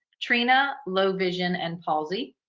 trina, low vision and palsy,